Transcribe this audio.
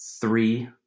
three